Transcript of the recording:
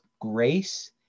grace